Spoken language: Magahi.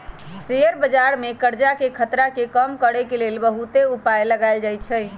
शेयर बजार में करजाके खतरा के कम करए के लेल बहुते उपाय लगाएल जाएछइ